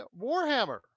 Warhammer